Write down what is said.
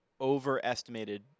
overestimated